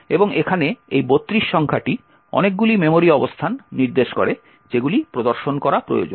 এবং এখানে এই 32 সংখ্যাটি অনেকগুলি মেমরি অবস্থান নির্দেশ করে যেগুলি প্রদর্শন করা প্রয়োজন